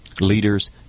leaders